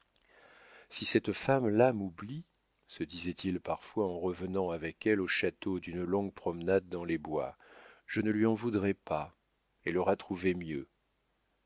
si cette femme-là m'oublie se disait-il parfois en revenant avec elle au château d'une longue promenade dans les bois je ne lui en voudrai pas elle aura trouvé mieux